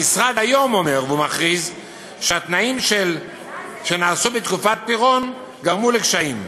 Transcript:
המשרד אומר ומכריז שהתנאים שנעשו בתקופת פירון גרמו לקשיים,